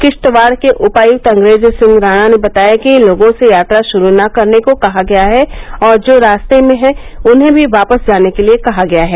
किश्तवाड़ के उपायुक्त अंग्रेज सिंह राणा ने बताया कि लोगों से यात्रा शुरू न करने को कहा गया है और जो रास्ते में हैं उन्हें भी वापस जाने के लिए कहा गया है